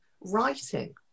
writing